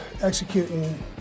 executing